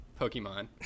Pokemon